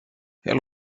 elle